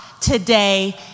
today